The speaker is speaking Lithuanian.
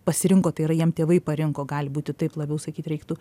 pasirinko tai yra jiem tėvai parinko gali būti taip labiau sakyt reiktų